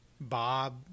Bob